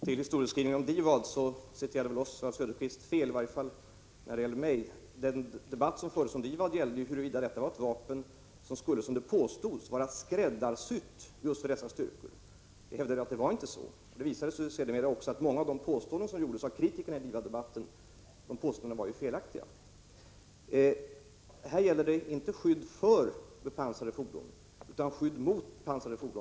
Fru talman! Först till historieskrivningen om DIVAD. Oswald Söderqvist citerade fel, i varje fall när det gäller mig. Den debatt som fördes om DIVAD gällde huruvida detta var ett vapen som skulle vara skräddarsytt för just dessa styrkor. Jag hävdade att det inte var så. Det visade sig senare att många påståenden som gjordes av kritikerna i DIVAD-debatten var felaktiga. Här gäller det inte skydd för bepansrade fordon utan skydd mot dem.